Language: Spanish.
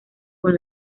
con